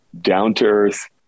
down-to-earth